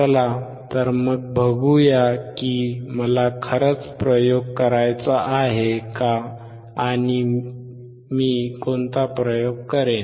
चला तर मग बघूया की मला खरंच प्रयोग करायचा आहे का आणि मी कोणता प्रयोग करेन